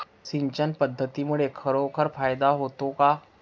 सिंचन पद्धतीमुळे खरोखर फायदा होतो का?